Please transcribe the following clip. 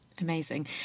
amazing